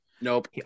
Nope